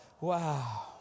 Wow